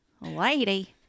Lady